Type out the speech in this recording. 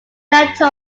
leto